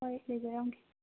ꯍꯣꯏ ꯂꯩꯖꯔꯝꯒꯦ